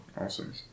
Awesome